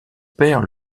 père